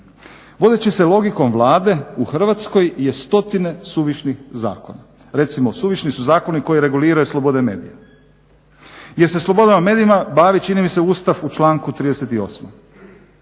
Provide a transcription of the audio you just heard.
Vodeći se logikom Vlade u Hrvatskoj je stotine suvišnih zakona. Recimo suvišni su zakoni koji reguliraju slobode medija jer se slobodama medija bavi čini mi se Ustav u članku 38.,